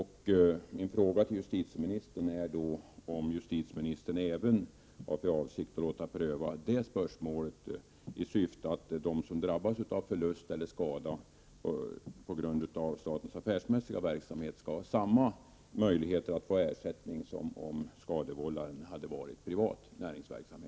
Har justitieministern även för avsikt att låta pröva det spörsmålet, i syfte att de som drabbas av förlust eller skada på grund av statens affärsmässiga verksamhet skall ha samma möjlighet att få ersättning som om skadevållaren hade varit privat näringsidkare?